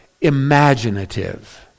imaginative